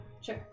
Sure